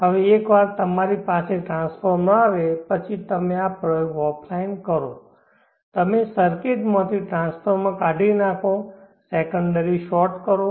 હવે એકવાર તમારી પાસે ટ્રાન્સફોર્મર આવે પછી તમે આ પ્રયોગ ઑફ્લાઈન કરો તમે સર્કિટમાંથી ટ્રાન્સફોર્મર કાઢી નાખો સેકન્ડરી શોર્ટ કરો